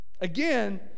again